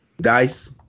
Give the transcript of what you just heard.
dice